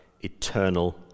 eternal